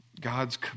God's